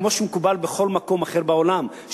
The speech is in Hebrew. כמו שמקובל בכל מקום אחר בעולם,